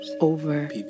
over